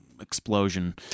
explosion